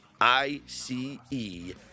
I-C-E